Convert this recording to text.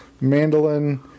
mandolin